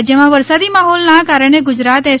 રાજ્યમાં વરસાદી માહોલના કારણે ગુજરાત એસ